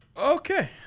Okay